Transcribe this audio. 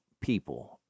people